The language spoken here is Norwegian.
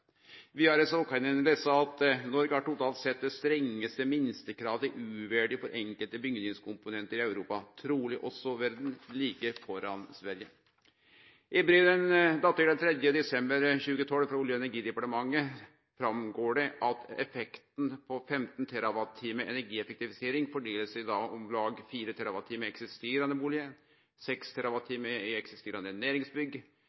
Vidare kan vi lese: «Norge har totalt sett det strengeste minstekrav til U-verdi for enkelte bygningskomponenter i Europa, trolig også verden, like foran Sverige.» I eit brev frå Olje- og energidepartementet datert 3. desember 2012 går det fram at effekten på 15 TWh energieffektivisering fordeler seg på om lag 4 TWh i eksisterande